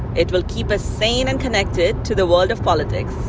it will keep us sane and connected to the world of politics.